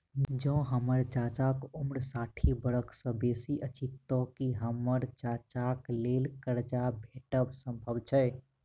जँ हम्मर चाचाक उम्र साठि बरख सँ बेसी अछि तऽ की हम्मर चाचाक लेल करजा भेटब संभव छै?